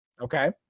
okay